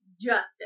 justice